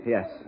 Yes